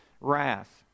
wrath